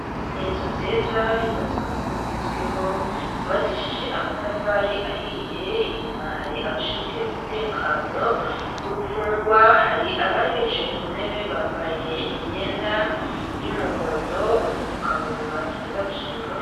Ni inzu nziza yubatse mu buryo bugezweho yubakishije amatafari ahiye inyuma hari abashinzwe umutekano w'imfungwa hari abari bicaye ku ntebe bambaye imyenda y'umuhondo udupfukamunwa twenda gusura ubururu.